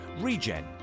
Regen